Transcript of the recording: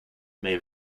may